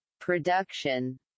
production